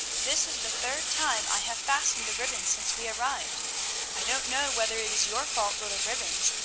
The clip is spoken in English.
this is the third time i have fastened the ribbon since we arrived i don't know whether it is your fault or the ribbon's,